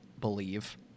believe